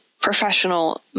professional